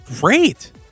great